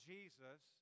Jesus